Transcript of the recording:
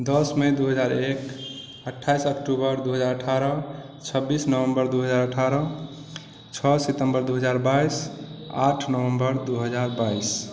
दस मइ दू हजार एक अठाइस अक्टूबर दू हजार अठारह छब्बीस नवम्बर दू हजार अठारह छओ सितम्बर दू हजार बाइस आठ नवम्बर दू हजार बाइस